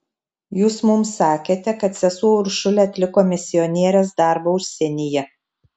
jūs mums sakėte kad sesuo uršulė atliko misionierės darbą užsienyje